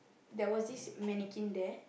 there was this mannequin there